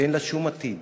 ואין לה שום עתיד.